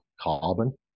carbon